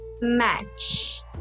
Match